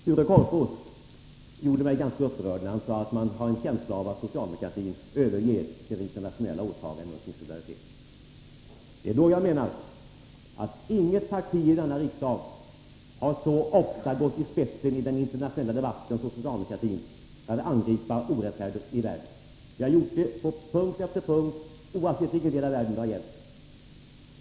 Sture Korpås gjorde mig ganska upprörd genom att säga att man har en känsla av att socialdemokratin överger internationella åtaganden om solidaritet. Jag menar att inget parti i denna riksdag har så ofta som socialdemokratin gått i spetsen i den internationella debatten för att angripa orättfärdigheter i världen. Vi har gjort det på punkt efter punkt, oavsett vilken del av världen det gällt.